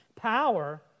Power